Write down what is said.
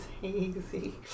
hazy